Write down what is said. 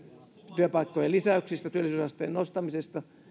työpaikkojen lisäyksistä työllisyysasteen nostamisesta